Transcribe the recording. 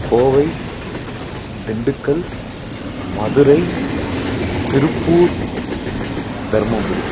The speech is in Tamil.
கோவை திண்டுக்கல் மதுரை திருப்பூர் தருமபுரி